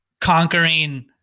conquering